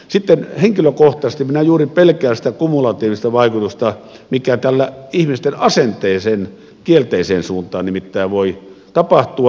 sitten henkilökohtaisesti minä juuri pelkään sitä kumulatiivista vaikutusta mikä tällä ihmisten asenteeseen kielteiseen suuntaan nimittäin voi tapahtua